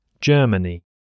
Germany